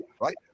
right